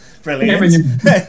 Brilliant